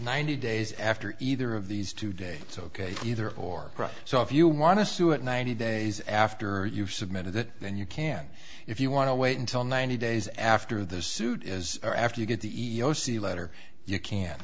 ninety days after either of these today it's ok either or so if you want to sue it ninety days after you've submitted it then you can if you want to wait until ninety days after the suit is or after you get the e e o c letter you can